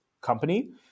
company